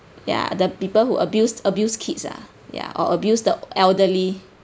ya the people who abused abuse kids ah ya or abuse the elderly